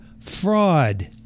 fraud